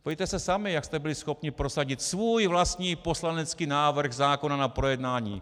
Podívejte se sami, jak jste byli schopni prosadit svůj vlastní poslanecký návrh zákona na projednání.